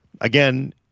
again